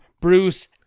Bruce